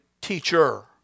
teacher